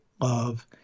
love